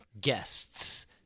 guests